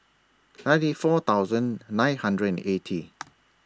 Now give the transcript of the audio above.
ninety four thousand nine hundred and eighty